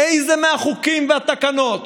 איזה מהחוקים והתקנות